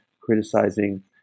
criticizing